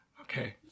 Okay